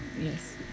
Yes